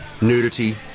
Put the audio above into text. nudity